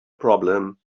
problem